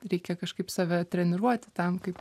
reikia kažkaip save treniruoti tam kaip